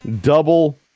Double